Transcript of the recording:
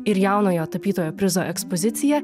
ir jaunojo tapytojo prizo ekspoziciją